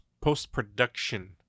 post-production